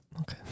Okay